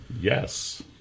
Yes